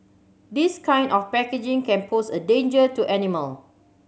this kind of packaging can pose a danger to animal